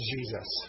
Jesus